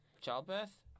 childbirth